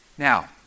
Now